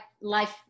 Life